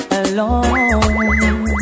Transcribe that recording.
alone